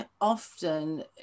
often